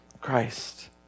Christ